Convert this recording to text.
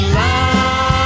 love